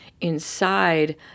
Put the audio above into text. inside